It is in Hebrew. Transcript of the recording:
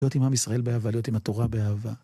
להיות עם עם ישראל באהבה, להיות עם התורה באהבה.